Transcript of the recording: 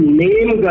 name